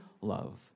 love